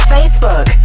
Facebook